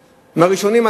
מהראשונים,